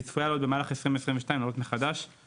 היא צפויה לעלות מחדש בשנת 2023,